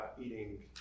eating